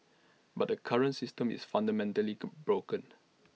but the current system is fundamentally broken